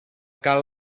cal